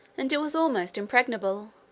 and it was almost impregnable.